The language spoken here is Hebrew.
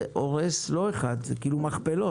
זה הורס לא אחד, זה במכפלות.